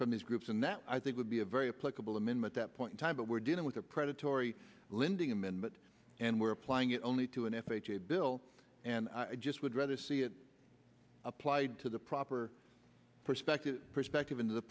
from these groups and that i think would be a very plausible amendment that point in time but we're dealing with a predatory lending amendment and we're applying it only to an f h a bill and i just would rather see it applied to the proper perspective perspective into the